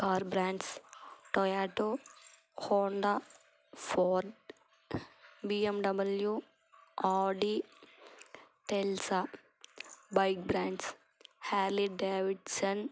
car వ్ brands Toyota Honda Ford BMW Audi Tesla bike brands Harley Davidson